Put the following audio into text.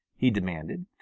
he demanded.